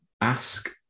ask